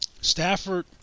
Stafford